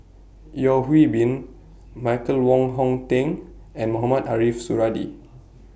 Yeo Hwee Bin Michael Wong Hong Teng and Mohamed Ariff Suradi